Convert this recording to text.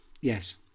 Yes